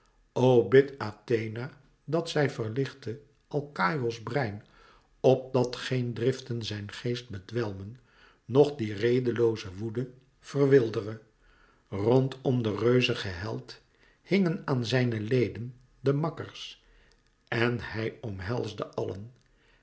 o bidt athena dat zij verlichte alkaïos brein opdat geen driften zijn geest bedwelmen noch die redelooze woede verwildere rondom den reuzigen held hingen aan zijne leden de makkers en hij omhelsde